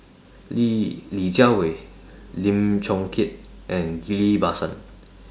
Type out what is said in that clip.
Li Li Jiawei Lim Chong Keat and Ghillie BaSan